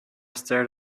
stared